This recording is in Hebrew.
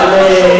אנחנו שומעים מראש,